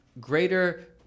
greater